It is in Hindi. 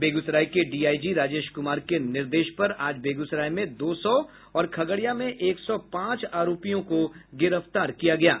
बेगुसराय के डीआईजी राजेश कुमार के निर्देश पर आज बेगूसराय में दो सौ और खगड़िया में एक सौ पांच आरोपी को गिरफ्तार किया है